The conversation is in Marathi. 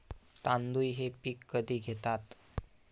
तांदूळ हे पीक कधी घेतात?